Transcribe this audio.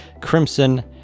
Crimson